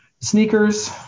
sneakers